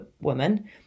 woman